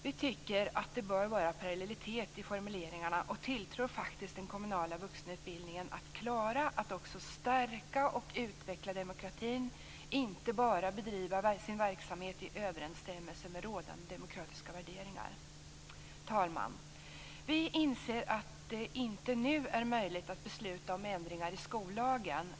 Vi tycker att det bör vara parallellitet i formuleringarna och tilltror faktiskt den kommunala vuxenutbildningen att klara att också stärka och utveckla demokratin, inte bara bedriva sin verksamhet i överensstämmelse med rådande demokratiska värderingar. Herr talman! Vi inser att det inte nu är möjligt att besluta om ändringar i skollagen.